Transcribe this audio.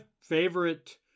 favorite